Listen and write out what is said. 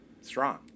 strong